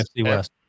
West